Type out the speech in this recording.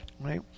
right